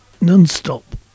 non-stop